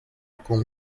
con